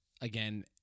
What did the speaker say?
again